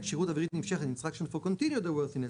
כשירות אווירית נמשכת (Instructions for Continued Airworthiness),